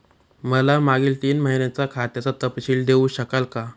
मला मागील तीन महिन्यांचा खात्याचा तपशील देऊ शकाल का?